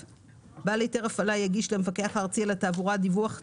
בעל היתר הפעלה יגיש למפקח הארצי על התעבורה דיווח תקופתי,